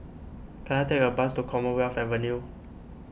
can I take a bus to Commonwealth Avenue